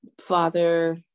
Father